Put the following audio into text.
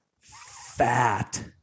fat